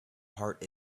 heart